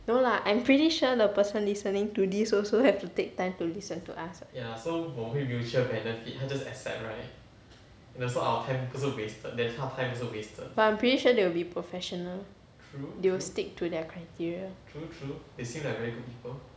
no lah I'm pretty sure the person listening to this also have to take time to listen to us [what] but I'm pretty sure they will be professional they will stick to their criteria true true